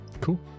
Cool